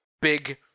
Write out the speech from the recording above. big